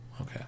Okay